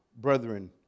brethren